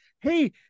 hey